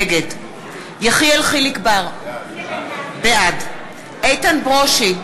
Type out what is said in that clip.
נגד יחיאל חיליק בר, בעד איתן ברושי,